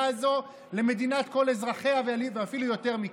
הזאת למדינת כל אזרחיה ואפילו יותר מכך.